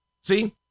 see